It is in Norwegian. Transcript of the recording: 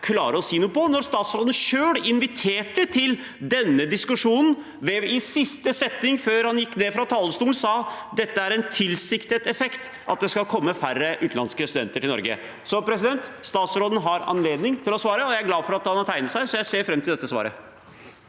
klare å si noe om. Statsråden inviterte selv til denne diskusjonen da han i siste setning før han gikk ned fra talerstolen sa det er «en tilsiktet effekt» at det skal komme færre utenlandske studenter til Norge. Statsråden har anledning til å svare, og jeg er glad for at han har tegnet seg. Jeg ser fram til svaret.